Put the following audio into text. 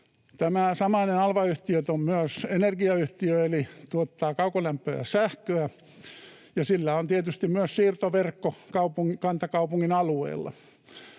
Tämä samainen Alva-yhtiöt on myös energiayhtiö eli tuottaa kaukolämpöä ja sähköä, ja sillä on tietysti myös siirtoverkko kantakaupungin alueella.